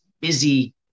busy